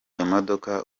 imodoka